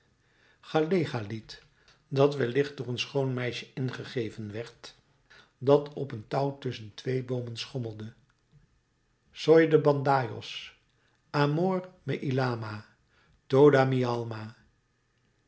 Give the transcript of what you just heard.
gallega lied dat wellicht door een schoon meisje ingegeven werd dat op een touw tusschen twee boomen schommelde soy de badajoz amor